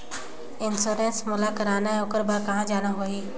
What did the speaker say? Insurance मोला कराना हे ओकर बार कहा जाना होही?